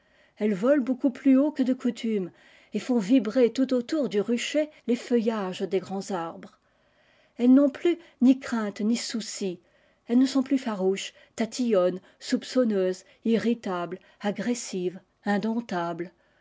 elles volent beaucoup plus haut que de coutume et font vibrer tout autour du rucher les feuillages des grands arbres elles n'ont plus ni craintes ni soucia elles ne sont plus farouches tatillonnes soi çonneuses irritables agressives indomptable